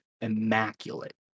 immaculate